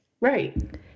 Right